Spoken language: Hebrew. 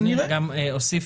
אני גם אוסיף,